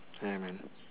yeah man